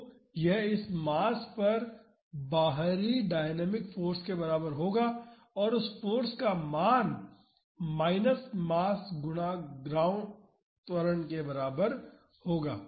तो यह इस मास पर बाहरी डायनामिक फाॅर्स के बराबर होगा और उस फाॅर्स का मान माइनस मास गुणा ग्राउंड त्वरण के बराबर होगा